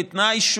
ובתנאי,